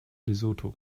lesotho